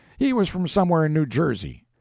he was from somewhere in new jersey.